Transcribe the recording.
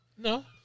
No